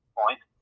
point